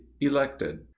elected